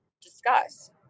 discuss